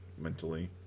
mentally